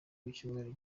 w’icyumweru